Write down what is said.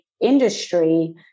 industry